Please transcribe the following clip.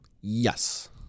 Yes